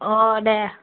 अ दे